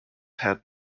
had